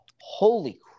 Holy